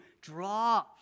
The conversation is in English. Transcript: draw